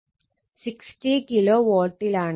60 kilo വാട്ടിലാണ്